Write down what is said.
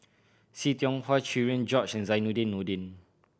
See Tiong Wah Cherian George and Zainudin Nordin